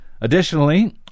Additionally